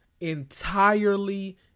entirely